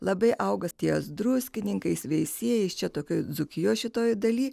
labai auga ties druskininkais veisiejais čia tokioj dzūkijos šitoj dalyj